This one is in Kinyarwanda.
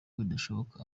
bidashoboka